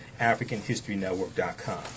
africanhistorynetwork.com